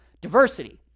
Diversity